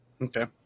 okay